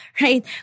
right